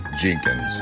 Jenkins